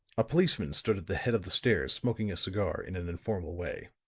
a policeman stood at the head of the stairs smoking a cigar in an informal way.